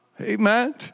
Amen